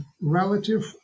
relative